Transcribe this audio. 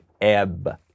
Ebb